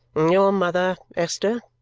your mother, esther,